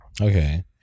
Okay